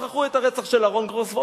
שכחו את הרצח של אהרן גרוס,